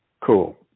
cool